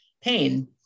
pain